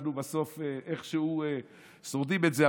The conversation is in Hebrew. אנחנו בסוף איכשהו שורדים את זה,